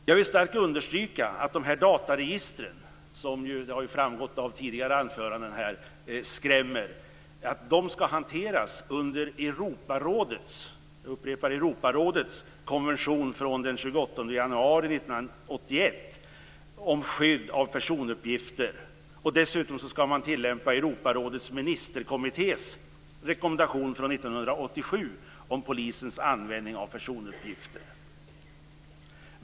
Jag vill starkt understryka att dessa dataregister - det har av tidigare anföranden framgått att de skrämmer - skall hanteras under Europarådets konvention från den 28 januari 1981 om skydd av personuppgifter och Europarådets ministerkommittés rekommendation från 1987 om polisens användning av personuppgifter.